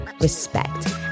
respect